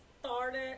started